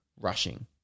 rushing